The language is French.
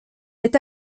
est